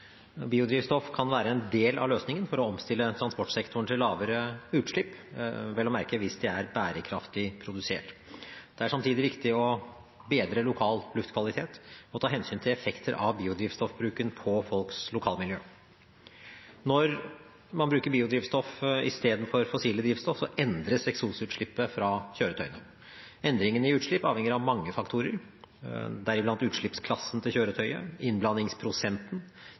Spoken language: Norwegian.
løsningen for å omstille transportsektoren til lavere utslipp – vel å merke hvis det er bærekraftig produsert. Det er samtidig viktig å bedre lokal luftkvalitet og ta hensyn til effekter av biodrivstoffbruken på folks lokalmiljø. Når man bruker biodrivstoff istedenfor fossile drivstoff, endres eksosutslippet fra kjøretøyene. Endringene i utslipp avhenger av mange faktorer, deriblant utslippsklassen til kjøretøyet,